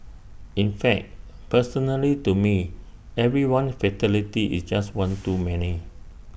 in fact personally to me every one fatality is just one too many